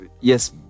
yes